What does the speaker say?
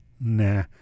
nah